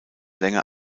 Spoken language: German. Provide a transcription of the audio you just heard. länger